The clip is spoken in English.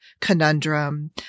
conundrum